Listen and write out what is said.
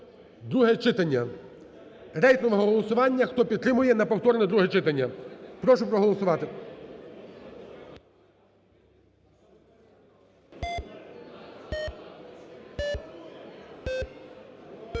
друге читання? Рейтингове голосування, хто підтримує на повторне друге читання, прошу проголосувати.